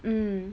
mm